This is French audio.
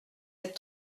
êtes